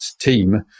team